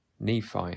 Nephi